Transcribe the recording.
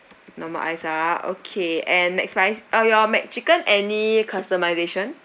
normal ice ah okay and next fries uh your McChicken any customisation